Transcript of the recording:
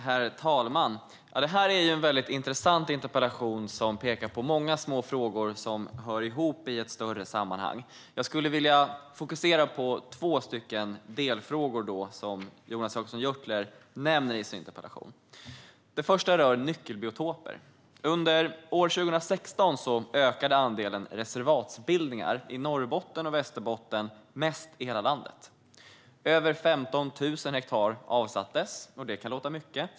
Herr talman! Detta är en väldigt intressant interpellation som pekar på många små frågor som hör ihop i ett större sammanhang. Jag skulle vilja fokusera på två delfrågor som Jonas Jacobsson Gjörtler nämner i sin interpellation. Det första rör nyckelbiotoper. Under år 2016 ökade antalet reservatsbildningar i Norrbotten och Västerbotten mest i hela landet. Över 15 000 hektar avsattes. Det kan låta mycket.